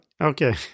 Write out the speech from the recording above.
Okay